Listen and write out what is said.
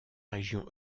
région